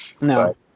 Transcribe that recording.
no